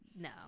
no